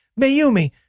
Mayumi